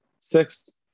sixth